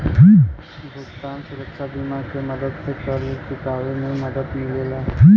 भुगतान सुरक्षा बीमा के मदद से कर्ज़ चुकावे में मदद मिलेला